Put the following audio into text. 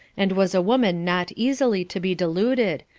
and was a woman not easily to be deluded,